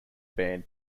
band